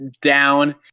down